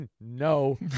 no